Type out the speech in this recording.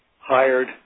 hired